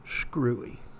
screwy